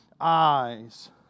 eyes